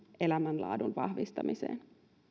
elämänlaadun vahvistamiselle